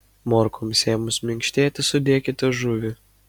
morkoms ėmus minkštėti sudėkite žuvį